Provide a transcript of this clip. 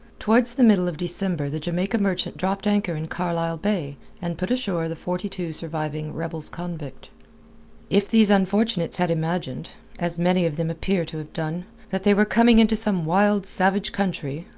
towards the middle of december the jamaica merchant dropped anchor in carlisle bay, and put ashore the forty-two surviving rebels-convict. if these unfortunates had imagined as many of them appear to have done that they were coming into some wild, savage country,